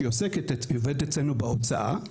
היא עובדת אצלנו בהוצאה,